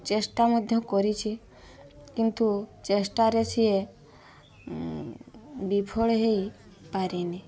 ଚେଷ୍ଟା ମଧ୍ୟ କରିଛି କିନ୍ତୁ ଚେଷ୍ଟାରେ ସିଏ ବିଫଳ ହେଇପାରିନି